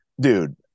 dude